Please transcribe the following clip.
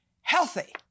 healthy